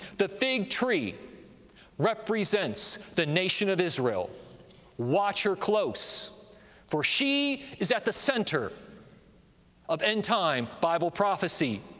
the fig tree represents the nation of israel watch her close for she is at the center of end-time bible prophecy.